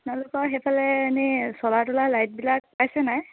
আপোনালোকৰ সেইফালে এনেই চলাৰ তলাৰ লাইটবিলাক পাইছে নাই